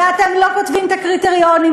ואתם לא כותבים את הקריטריונים,